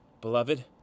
Beloved